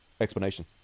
explanation